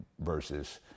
versus